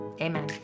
Amen